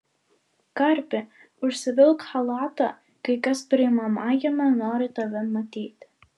karpi užsivilk chalatą kai kas priimamajame nori tave matyti